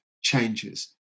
changes